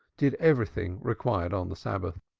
did everything required on the sabbath.